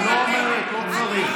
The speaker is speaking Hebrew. היא לא אומרת, לא צריך.